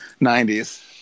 90s